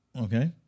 okay